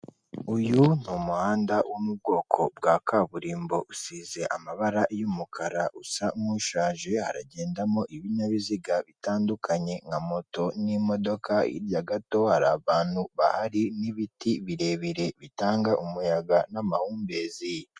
Uyu ni umuhanda wo mu bwoko bwa kaburimbo usize amabara y'umukara usa nk'ushaje haragendamo ibinyabiziga bitandukanye nka moto n'imodoka hirya gato hari abantu bahari n'ibiti birebire bitanga umuyaga n'amahumbezi.